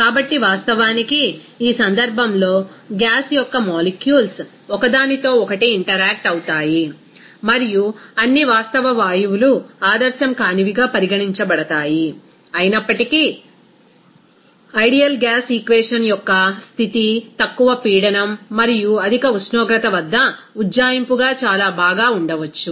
కాబట్టి వాస్తవానికి ఈ సందర్భంలోగ్యాస్ యొక్క మాలిక్యుల్స్ ఒకదానితో ఒకటి ఇంటెర్యాక్ట్ అవుతాయి మరియు అన్ని వాస్తవ వాయువులు ఆదర్శం కానివిగా పరిగణించబడతాయి అయినప్పటికీ ఐడియల్ గ్యాస్ ఈక్వేషన్ యొక్క స్థితి తక్కువ పీడనం మరియు అధిక ఉష్ణోగ్రత వద్ద ఉజ్జాయింపుగా చాలా బాగా వుండవచ్చు